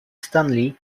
stanley